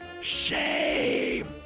Shame